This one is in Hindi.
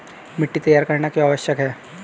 मिट्टी तैयार करना क्यों आवश्यक है?